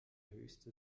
höchste